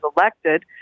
elected